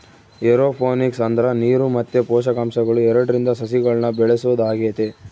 aeroponics ಅಂದ್ರ ನೀರು ಮತ್ತೆ ಪೋಷಕಾಂಶಗಳು ಎರಡ್ರಿಂದ ಸಸಿಗಳ್ನ ಬೆಳೆಸೊದಾಗೆತೆ